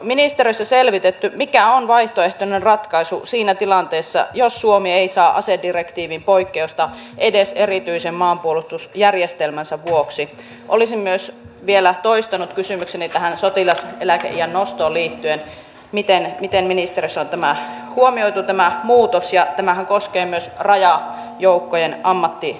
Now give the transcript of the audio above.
tietysti tätä turvattomuusongelmaa on esiintynyt hyvinkäälläkin ainakin facebook ryhmissä ihmiset ovat olleet hyvin kyseleväisiä ja siellä on esitetty huolia ja minuunkin on ollut muutama äiti yhteydessä että on ollut jonkintyyppistä seuraamista ja tästä ovat olleet sitten alaikäiset huolissaan